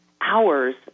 hours